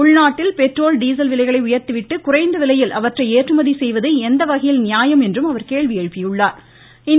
உள்நாட்டில் petrol diesel விலைகளை உயர்த்திவிட்டு குறைந்த விலையில் அவற்றை ஏற்றுமதி செய்வது எந்த வகையில் நியாயம் என்று அவர் கேள்வி எழுப்பியுள்ளா்